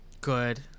Good